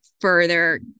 further